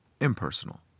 impersonal